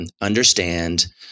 understand